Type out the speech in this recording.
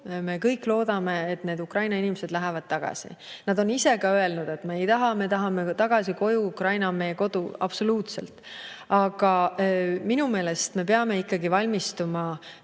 Me kõik loodame, et Ukraina inimesed lähevad tagasi. Nad on ise ka öelnud, et me tahame tagasi koju, Ukraina on meie kodu. Absoluutselt. Aga minu meelest me peame ikkagi valmistuma